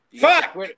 Fuck